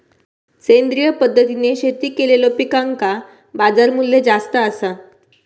सेंद्रिय पद्धतीने शेती केलेलो पिकांका बाजारमूल्य जास्त आसा